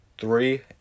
three